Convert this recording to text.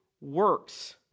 works